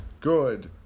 Good